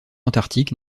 antarctique